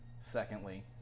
Secondly